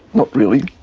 not really.